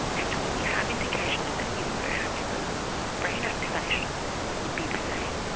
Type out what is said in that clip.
and we have indications that even perhaps the brain activation will be the same,